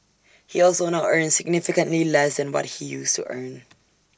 he also now earns significantly less than what he used to earn